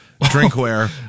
drinkware